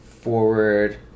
forward